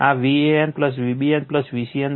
આ Van Vbn Vcn 0 equation 1 છે